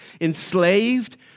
enslaved